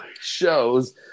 shows